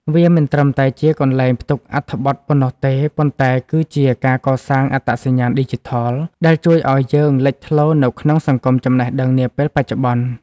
វាមិនត្រឹមតែជាកន្លែងផ្ទុកអត្ថបទប៉ុណ្ណោះទេ ប៉ុន្តែគឺជាការកសាង អត្តសញ្ញាណឌីជីថល ដែលជួយឱ្យយើងលេចធ្លោនៅក្នុងសង្គមចំណេះដឹងនាពេលបច្ចុប្បន្ន។